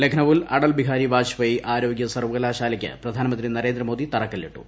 ലഖ്നൌവിൽ അടൽ ബിഹാരി വാജ്ട്പേയി ആരോഗ്യ സർവ്വകലാശാലയ്ക്ക് പ്രധാനമൂന്ത്രി ന്രേന്ദ്രമോദി തറക്കല്ലിട്ടു